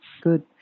good